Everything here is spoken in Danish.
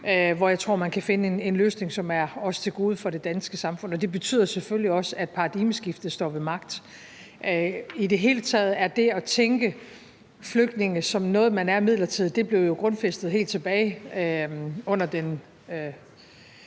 hvor jeg tror, at man kan finde en løsning, som også kommer det danske samfund til gode. Og det betyder selvfølgelig også, at paradigmeskiftet står ved magt. I det hele taget blev det at tænke flygtninge som noget, man er midlertidigt, jo grundfæstet helt tilbage under den